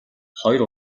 хоёр